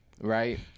right